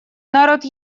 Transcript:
народ